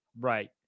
Right